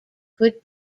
could